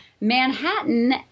Manhattan